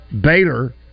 Baylor